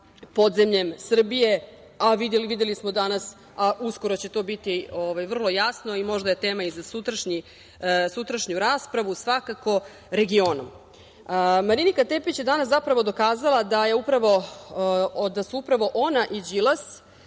podzemljem Srbije. Videli smo danas, a uskoro će to biti vrlo jasno, a možda je tema i za sutrašnju raspravu, svakako regionom. Marinika Tepić je, zapravo dokazala da su ona i Đilas